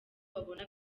babona